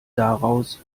daraus